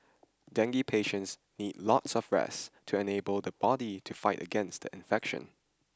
dengue patients need lots of rest to enable the body to fight against the infection